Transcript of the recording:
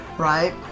Right